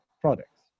products